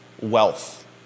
wealth